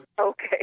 Okay